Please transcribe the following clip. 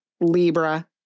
Libra